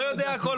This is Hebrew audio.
לא יודע הכל.